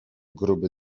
gruby